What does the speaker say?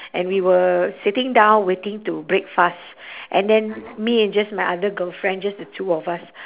and we were sitting down waiting to break fast and then me and just my other girlfriend just the two of us